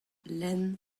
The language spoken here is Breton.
lenn